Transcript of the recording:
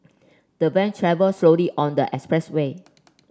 the van travelled slowly on the expressway